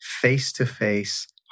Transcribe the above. face-to-face